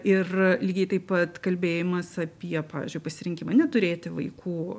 ir lygiai taip pat kalbėjimas apie pavyzdžiui pasirinkimą neturėti vaikų